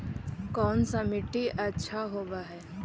कोन सा मिट्टी अच्छा होबहय?